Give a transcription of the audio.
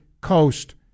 Coast